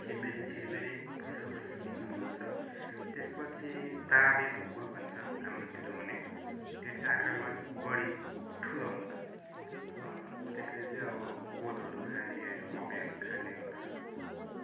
छिरबिरे छिरबिरे फुस्रो फुस्रो किसिमको हुन्छ त्यसपछि ताँबे ढुकुर भन्छ हाम्रोतिर हुने त्यो चाहिँ आकारमा अलिक बढी ठुलो हुन्छ त्यसले चाहिँ अब कोदोहरू खाने होइन मकैहरू खाने गर्छ